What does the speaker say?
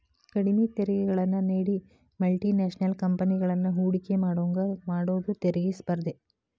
ಕಡ್ಮಿ ತೆರಿಗೆಗಳನ್ನ ನೇಡಿ ಮಲ್ಟಿ ನ್ಯಾಷನಲ್ ಕಂಪೆನಿಗಳನ್ನ ಹೂಡಕಿ ಮಾಡೋಂಗ ಮಾಡುದ ತೆರಿಗಿ ಸ್ಪರ್ಧೆ